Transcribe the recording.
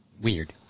Weird